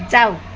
जाऊ